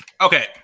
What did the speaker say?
Okay